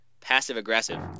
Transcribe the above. passive-aggressive